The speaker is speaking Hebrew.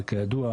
כידוע,